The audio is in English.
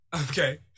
Okay